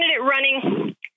running